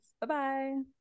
Bye-bye